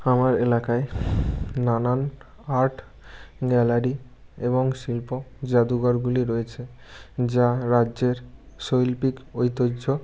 আমার এলাকায় নানান আর্ট গ্যালারি এবং শিল্প যাদুঘরগুলি রয়েচে যা রাজ্যের শৈল্পিক ঐতিহ্য